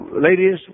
ladies